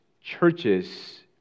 churches